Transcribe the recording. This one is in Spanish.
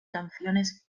canciones